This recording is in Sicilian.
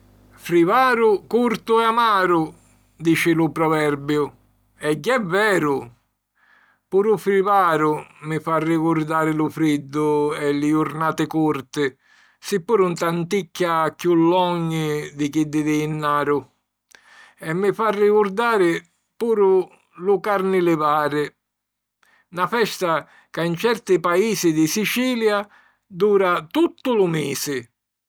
Frivaru, curtu e amaru, dici lu proverbiu. E je veru! Puru Frivaru mi fa rigurdari lu friddu e li jurnati curti, si puru 'n tanticchia chiù longhi di chiddi di Jinnaru. E mi fa rigurdari puru lu Carnilivari, na festa ca in certi paisi di Sicilia dura tuttu lu misi.